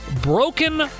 broken